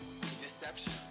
deception